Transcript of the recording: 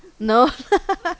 no lah